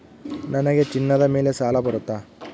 ನನಗೆ ಚಿನ್ನದ ಮೇಲೆ ಸಾಲ ಬರುತ್ತಾ?